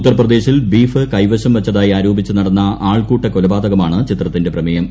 ഉത്തർ പ്രദേശിൽ ബീഫ് കൈവശം വച്ചതായി ആരോപിച്ചു നടന്ന ആൾക്കൂട്ട കൊലപാതകമാണ് ചിത്രത്തിന്റെ പ്രമേയം